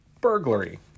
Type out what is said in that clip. Burglary